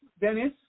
Dennis